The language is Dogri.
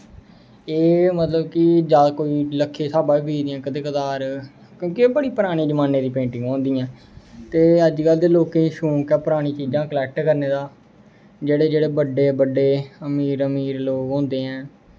एह् मतलब कि कोई लक्खें दे स्हाबें बिकदियां कदें कदार क्योंकि एह् बड़े परानें जमान्नें दी पेंटिंगां होंदियां ते अज्ज कल दे लोकें ई शौक ऐ परानियां चीजां कलेक्ट करने दा जेह्ड़े जेह्ड़े बड्डे बड्डे अमीर अमीर लोग होंदे ऐं